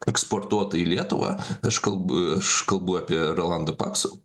eksportuotą į lietuvą aš kalb aš kalbu apie rolando pakso